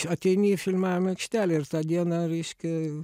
ateini į filmavimo aikštelę ir tą dieną reiškia